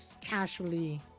Casually